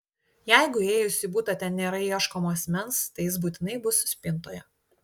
jeigu įėjus į butą ten nėra ieškomo asmens tai jis būtinai bus spintoje